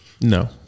No